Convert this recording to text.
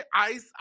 ice